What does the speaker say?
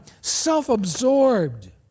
self-absorbed